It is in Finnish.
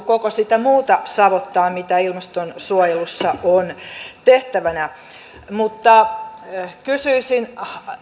koko sitä muuta savottaa mitä ilmastonsuojelussa on tehtävänä kysyisin